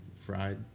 fried